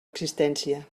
existència